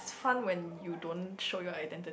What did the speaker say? it's fun when you don't show your identity